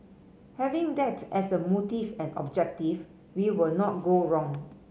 having that as a motive and objective we will not go wrong